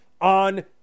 on